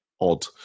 odd